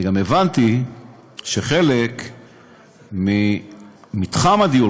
אני גם הבנתי שחלק ממתחם הדיור,